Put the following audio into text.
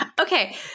Okay